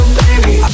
baby